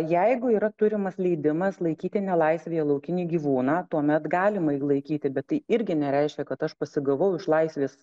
jeigu yra turimas leidimas laikyti nelaisvėje laukinį gyvūną tuomet galima jį laikyti bet tai irgi nereiškia kad aš pasigavau iš laisvės